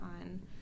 on